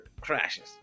crashes